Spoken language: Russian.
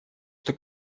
что